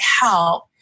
help